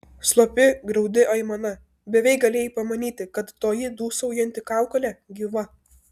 slopi graudi aimana beveik galėjai pamanyti kad toji dūsaujanti kaukolė gyva